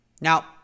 Now